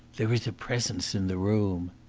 there is a presence in the room.